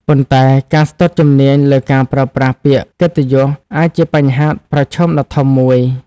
ប៉ុន្តែការស្ទាត់ជំនាញលើការប្រើប្រាស់ពាក្យកិត្តិយសអាចជាបញ្ហាប្រឈមដ៏ធំមួយ។